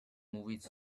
movies